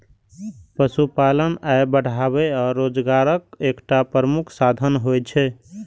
पशुपालन आय बढ़ाबै आ रोजगारक एकटा प्रमुख साधन होइ छै